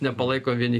nepalaiko vieni